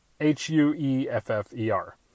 H-U-E-F-F-E-R